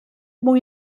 mwy